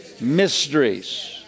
Mysteries